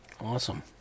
Awesome